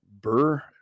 Burr